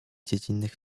dziecinnych